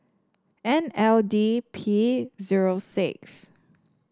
N L D P zero six